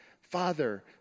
Father